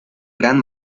gran